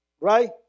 Right